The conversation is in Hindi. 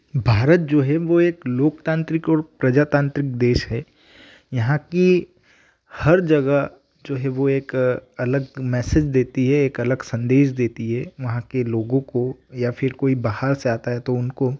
भारत जो है वह एक लोकतांत्रिक और प्रजातांत्रिक देश है यहाँ की हर जगह जो है वह एक अलग मेसेज देती है एक अलग संदेश देती है वहाँ के लोगों को या फिर कोई बाहर से आता है तो उनको